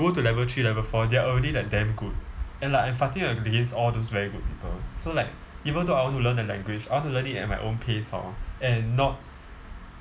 go to level three level four they are already like damn good and like I'm fighting against all those very good people so like even though I want to learn the language I want to learn it at my own pace hor and not